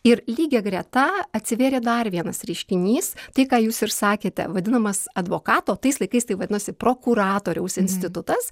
ir lygia greta atsivėrė dar vienas reiškinys tai ką jūs ir sakėte vadinamas advokato tais laikais taip vadinosi prokuratoriaus institutas